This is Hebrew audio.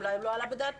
אולי זה לא עלה בדעתם.